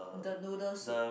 the noodle soup